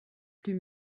plus